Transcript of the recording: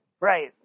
Right